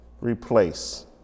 replace